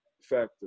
factor